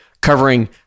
covering